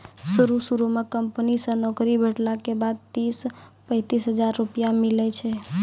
शुरू शुरू म कंपनी से नौकरी भेटला के बाद तीस पैंतीस हजार रुपिया मिलै छै